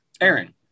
Aaron